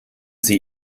sie